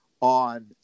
on